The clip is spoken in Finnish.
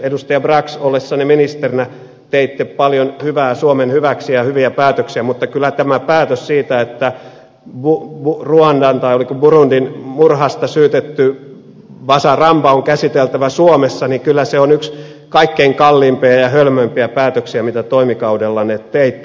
edustaja brax ollessanne ministerinä teitte paljon hyvää suomen hyväksi ja hyviä päätöksiä mutta kyllä tämä päätös siitä että ruandan tai oliko burundin murhasta syytetty bazaramba on käsiteltävä suomessa on yksi kaikkein kalleimpia ja hölmöimpiä päätöksiä mitä toimikaudellanne teitte